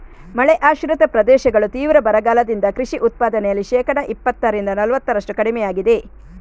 ಮಳೆ ಆಶ್ರಿತ ಪ್ರದೇಶಗಳು ತೀವ್ರ ಬರಗಾಲದಿಂದ ಕೃಷಿ ಉತ್ಪಾದನೆಯಲ್ಲಿ ಶೇಕಡಾ ಇಪ್ಪತ್ತರಿಂದ ನಲವತ್ತರಷ್ಟು ಕಡಿಮೆಯಾಗಿದೆ